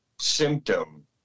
symptom